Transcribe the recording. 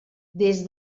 des